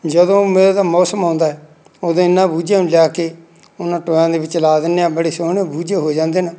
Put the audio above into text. ਜਦੋਂ ਮੀਂਹ ਦਾ ਮੌਸਮ ਆਉਂਦਾ ਉਦੋਂ ਇਹਨਾਂ ਬੂਝਿਆਂ ਨੂੰ ਲਿਆ ਕੇ ਉਹਨਾਂ ਟੋਇਆ ਦੇ ਵਿੱਚ ਲਾ ਦਿੰਦੇ ਹਾਂ ਬੜੇ ਸੋਹਣੇ ਬੂਝੇ ਹੋ ਜਾਂਦੇ ਹਨ